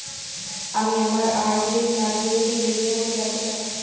আমি আমার আর.ডি এর মাচুরিটি নির্দেশাবলী জানতে চাই